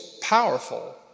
powerful